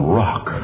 rock